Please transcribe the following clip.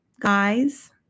guys